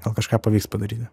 gal kažką pavyks padaryti